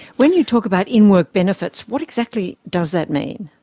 when you talk about in-work benefits, what exactly does that mean?